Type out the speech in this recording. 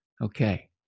okay